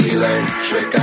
Electric